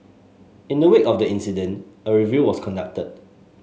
in the wake of the incident a review was conducted